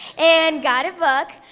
and got a book,